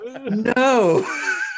no